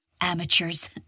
Amateurs